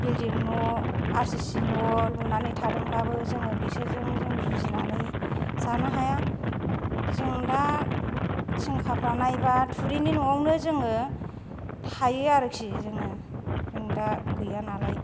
building न' RCC न' लुनानै थादोंब्लाबो जोङो बिसोरजों जों जुजिनानै जानो हाया जों दा थिं खाफ्रानाय बा थुरिनि न'आवनो जोङो थायो आरोखि जोङो जों दा गैया नालाय